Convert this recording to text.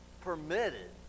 permitted